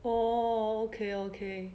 oh okay okay